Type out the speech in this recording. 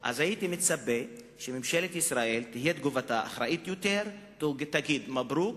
אז הייתי מצפה שהתגובה של ישראל תהיה אחראית יותר ותגיד "מברוכ",